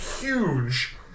huge